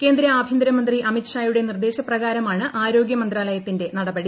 കേന്ദ്ര ആഭ്യന്തര മന്ത്രി അമിത്ഷായുടെ നിർദ്ദേശപ്രകാരമാണ് ആരോഗ്യമന്ത്രാലയത്തിന്റെ നടപടി